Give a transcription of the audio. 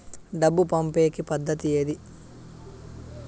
డబ్బు పంపేకి పద్దతి ఏది